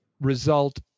result